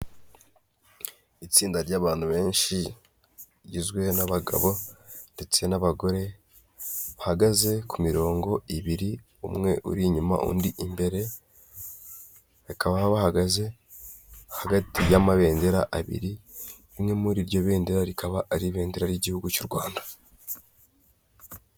Itsinda ry'abantu benshi rigizwe n'abagabo ndetse n'abagore bahagaze ku mirongo ibiri umwe uri inyuma undi imbere ,bakaba bahagaze hagati y'amabendera abiri umwe muri iryo bendera rikaba ari ibendera ry'igihugu cy'u rwanda.